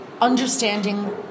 understanding